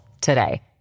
today